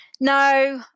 No